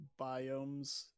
biomes